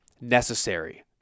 necessary